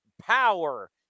power